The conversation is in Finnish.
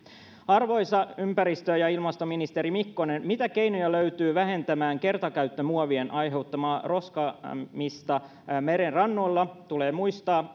arvoisa ympäristö ja ilmastoministeri mikkonen mitä keinoja löytyy vähentämään kertakäyttömuovien aiheuttamaa roskaamista merenrannoilla tulee muistaa